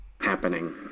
happening